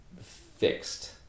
fixed